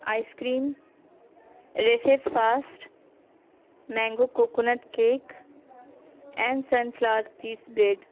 ice cream races fast mango coconut cake and sunflower cheese bread